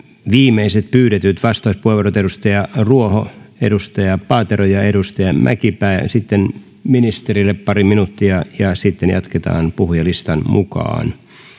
viimeiset pyydetyt vastauspuheenvuorot edustaja ruoho edustaja paatero ja edustaja mäkipää sitten ministerille pari minuuttia ja sitten jatketaan puhujalistan mukaan